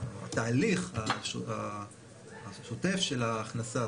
התהליך השוטף של ההכנסה.